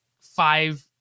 five